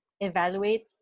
evaluate